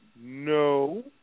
No